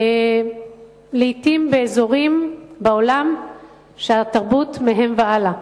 לעתים באזורים בעולם שהתרבות מהם והלאה.